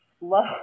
love